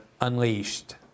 unleashed